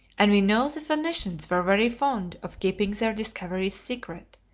and we know the phoenicians were very fond of keeping their discoveries secret,